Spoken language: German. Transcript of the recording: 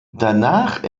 danach